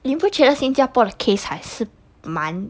你不觉得新加坡的 case 还是蛮